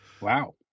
Wow